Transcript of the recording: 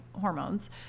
hormones